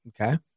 Okay